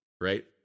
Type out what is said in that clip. Right